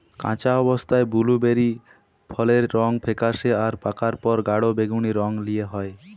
কাঁচা অবস্থায় বুলুবেরি ফলের রং ফেকাশে আর পাকার পর গাঢ় বেগুনী রং লিয়ে ল্যায়